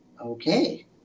Okay